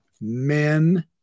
men